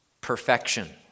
perfection